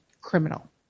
criminal